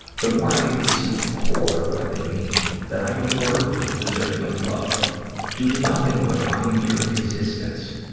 the more i'm able to see the core of what they mean. that i a um worthy and deserving of love due to nothing but my mere existence.